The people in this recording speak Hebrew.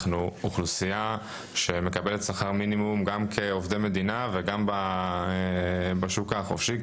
אנחנו אוכלוסייה שמקבלת שכר מינימום גם כעובדי מדינה וגם בשוק החופשי,